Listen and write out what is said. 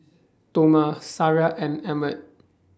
Toma Sariah and Emmet